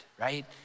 right